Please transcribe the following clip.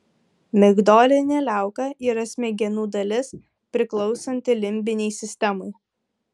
migdolinė liauka yra smegenų dalis priklausanti limbinei sistemai